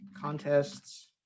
contests